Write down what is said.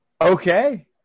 Okay